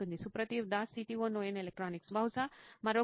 సుప్రతీవ్ Das CTO నోయిన్ electronics బహుశా మరొకరు